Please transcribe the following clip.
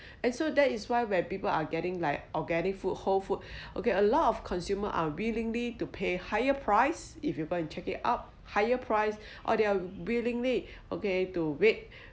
and so that is why where people are getting like organic food whole food okay a lot of consumer are willing to pay higher price if you buy and check it up higher price or they are willing okay to wait